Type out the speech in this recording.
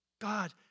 God